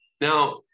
Now